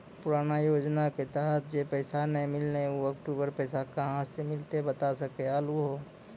पुराना योजना के तहत जे पैसा नै मिलनी ऊ अक्टूबर पैसा कहां से मिलते बता सके आलू हो?